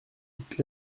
vite